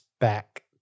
back